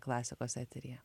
klasikos eteryje